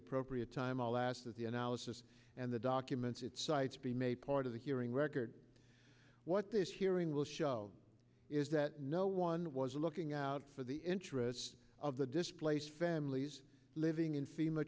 appropriate time i'll ask that the analysis and the documents it cites be made part of the hearing record what this hearing will show is that no one was looking out for the interests of the displaced families living in fema